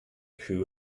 who